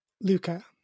Luca